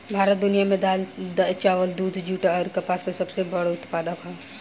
भारत दुनिया में दाल चावल दूध जूट आउर कपास के सबसे बड़ उत्पादक ह